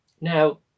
Now